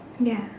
ya